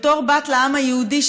בתור בת לעם היהודי,